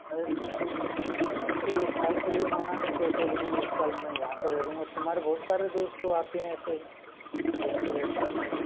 अरे तो उनको एक साल के लिए मना लो कैसे भी यूं एक साल मैं यहाँ पे रेह लूँगा तुम्हारे बहुत सारे दोस्त तो आते हैं ऐसे यहीं पर रहते हैं वो